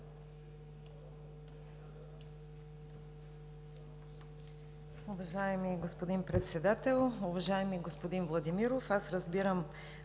Уважаеми господин Председател! Уважаеми господин Владимиров, разбирам